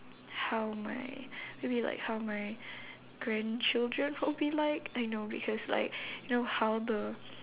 how my maybe like how my grandchildren will be like I know because like you know how the